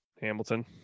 Hamilton